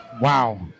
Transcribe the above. Wow